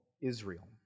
Israel